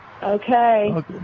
okay